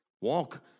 walk